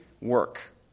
work